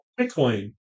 bitcoin